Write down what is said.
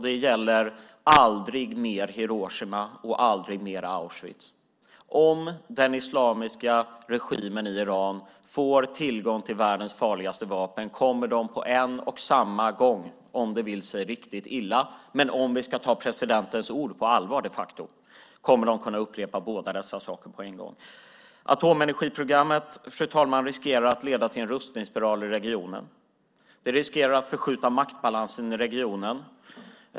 Det gäller aldrig mer Hiroshima och aldrig mer Auschwitz. Om den islamiska regimen i Iran får tillgång till världens farligaste vapen kommer man på en och samma gång, om det vill sig riktigt illa och om vi de facto ska ta presidentens ord på allvar, att kunna upprepa båda dessa saker på en gång. Atomenergiprogrammet riskerar att leda till en rustningsspiral i regionen. Det riskerar att förskjuta maktbalansen i regionen.